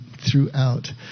throughout